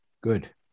Good